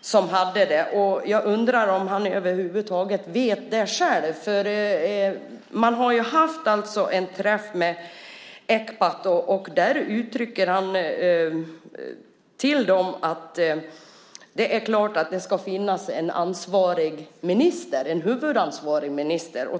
som hade det. Jag undrar om han över huvud taget vet det själv. Man har ju haft en träff med Ecpat, och där uttryckte han till dem att det är klart att det ska finnas en huvudansvarig minister.